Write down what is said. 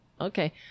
Okay